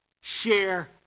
share